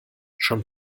schon